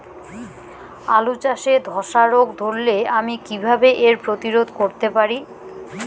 আলু চাষে ধসা রোগ ধরলে আমি কীভাবে এর প্রতিরোধ করতে পারি?